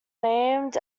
named